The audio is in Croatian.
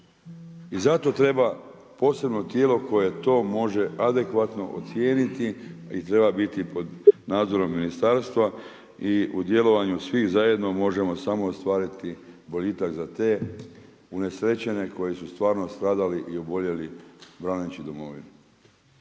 I zato treba posebno tijelo koje to može adekvatno ocijeniti i treba biti pod nadzorom ministarstva i u djelovanju svih zajedno možemo samo ostvariti boljitak za te unesrećene koji su stvarno stradali i oboljeli braneći Domovinu.